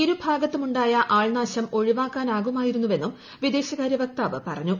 ഇരുഭാഗത്തുമുണ്ടായ ആൾനാശം ഒഴിവാക്കാനാകുമായിരുന്നുവെന്നും വിദേശകാരൃ വക്താവ് പറഞ്ഞു